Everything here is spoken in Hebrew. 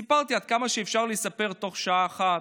סיפרתי עד כמה שאפשר לספר בתוך שעה אחת,